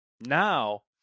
Now